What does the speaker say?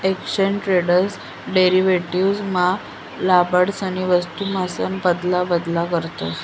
exchange traded derivatives मा लबाडसनी वस्तूकासन आदला बदल करतस